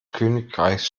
königreichs